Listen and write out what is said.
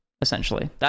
essentially